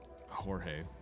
Jorge